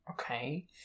Okay